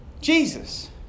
Jesus